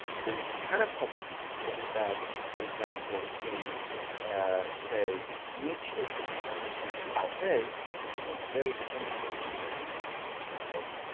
there is a para-public sphere that for example, in say, nietzsche's attention to hafez. hafez becomes very definitive to nietzsche's notion of